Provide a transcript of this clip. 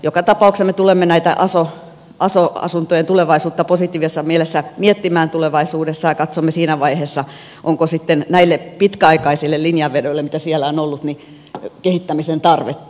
joka tapauksessa me tulemme näitten aso asuntojen tulevaisuutta positiivisessa mielessä miettimään tulevaisuudessa ja katsomme siinä vaiheessa onko sitten näille pitkäaikaisille linjanvedoille mitä siellä on ollut kehittämisen tarvetta